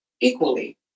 equally